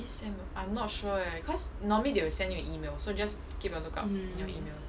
this sem I'm not sure leh cause normally they will send you an email so just keep a lookout out for your email